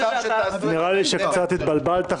שתעשו את --- נראה לי שקצת התבלבלת,